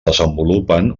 desenvolupen